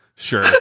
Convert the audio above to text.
Sure